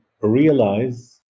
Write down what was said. realize